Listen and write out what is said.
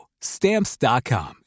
stamps.com